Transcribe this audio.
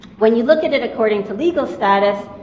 when you look at it according to legal status,